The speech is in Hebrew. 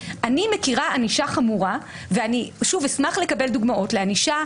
אני מכירה ענישה חמורה ואני אשמח לקבל דוגמאות לענישה.